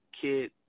kid